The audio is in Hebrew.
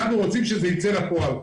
אנחנו רוצים שזה ייצא לפועל.